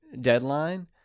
deadline